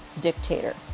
dictator